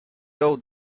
old